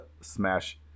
Smash